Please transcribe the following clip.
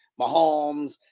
Mahomes